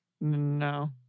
No